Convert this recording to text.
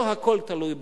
לא הכול תלוי בנו.